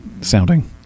sounding